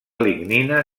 lignina